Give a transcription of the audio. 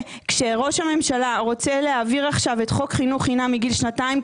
כשראש הממשלה רוצה להעביר עכשיו את חוק חינוך חינם מגיל שנתיים,